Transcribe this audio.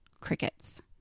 crickets